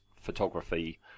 photography